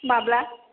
माब्ला